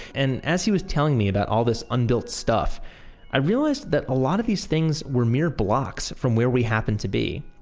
and as he was telling me about all this unbuilt stuff i realized that a lot of these things were mere blocks from where we happen to be.